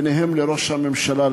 בהם ראש הממשלה,